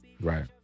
Right